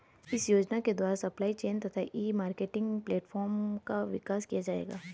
इस योजना के द्वारा सप्लाई चेन तथा ई मार्केटिंग प्लेटफार्म का विकास किया जाएगा